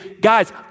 guys